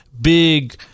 big